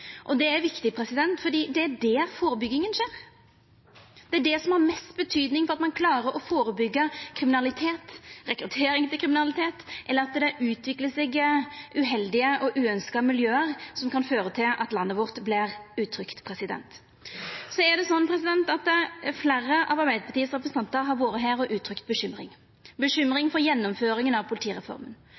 Det er viktig fordi det er der førebygginga skjer. Det er det som har størst betyding for at ein klarer å førebyggja kriminalitet og rekruttering til kriminalitet, eller å hindra at det utviklar seg uheldige og uønskte miljø, som kan føra til at landet vårt vert utrygt. Fleire av representantane frå Arbeidarpartiet har uttrykt bekymring for gjennomføringa av politireforma. Slik òg representanten Solhjell sa tidlegare i debatten, er det ikkje ved vedtaka at politireforma